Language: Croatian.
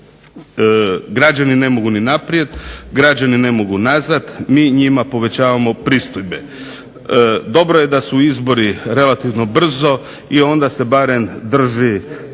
Građani ne mogu ni naprijed, građani ne mogu nazad. Mi njima povećavamo pristojbe. Dobro je da su izbori relativno brzo i onda se barem drži